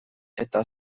eta